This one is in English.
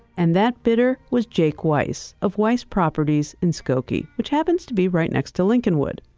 and that bidder was jake weiss, of weiss properties in skokie, which happens to be right next to lincolnwood,